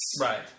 Right